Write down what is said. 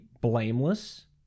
blameless